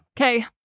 okay